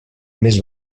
més